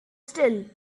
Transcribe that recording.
still